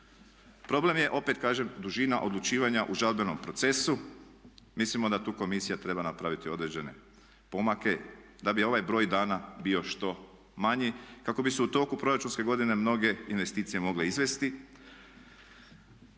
Problem je opet kažem dužina odlučivanja u žalbenom procesu, mislimo da tu komisija treba napraviti određene pomake da bi ovaj broj dana bio što manji kako bi se u toku proračunske godine mnoge investicije mogle izvesti.